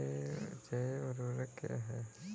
जैव ऊर्वक क्या है?